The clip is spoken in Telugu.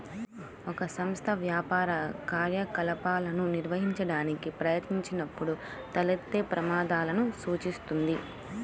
ఒక సంస్థ వ్యాపార కార్యకలాపాలను నిర్వహించడానికి ప్రయత్నించినప్పుడు తలెత్తే ప్రమాదాలను సూచిస్తుంది